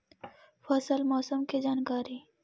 फसल मौसम के जानकारी?